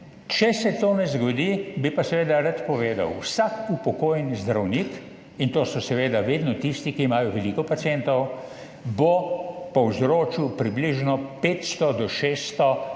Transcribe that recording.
Če se to ne zgodi, bi pa seveda rad povedal. Vsak upokojeni zdravnik, in to so seveda vedno tisti, ki imajo veliko pacientov, bo povzročil približno 500 do 600 novih